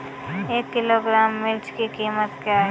एक किलोग्राम मिर्च की कीमत क्या है?